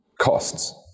costs